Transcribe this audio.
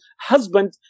husband